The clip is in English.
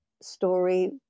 story